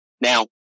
Now